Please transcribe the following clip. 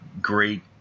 Great